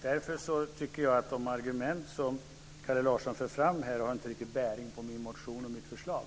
Därför tycker jag att de argument som Kalle Larsson för fram inte riktigt har bäring på min motion och mitt förslag.